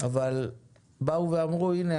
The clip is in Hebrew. אבל באו ואמרו שהנה,